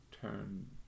turn